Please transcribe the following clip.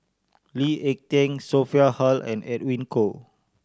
Lee Ek Tieng Sophia Hull and Edwin Koo